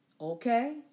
Okay